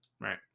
right